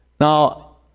Now